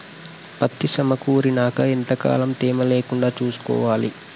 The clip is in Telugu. పత్తి సమకూరినాక ఎంత కాలం తేమ లేకుండా చూసుకోవాలి?